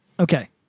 Okay